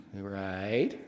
right